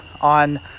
on